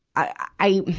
i,